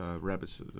Rabbits